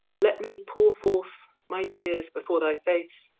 let me powre forth my teares before thy face,